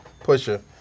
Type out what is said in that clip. Pusher